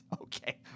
Okay